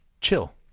chill